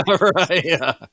Right